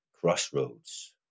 crossroads